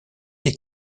des